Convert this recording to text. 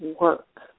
work